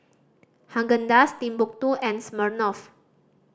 Haagen Dazs Timbuk Two and Smirnoff